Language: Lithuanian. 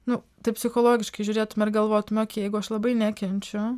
nu taip psichologiškai žiūrėtume ir galvotume okėj jeigu aš labai nekenčiu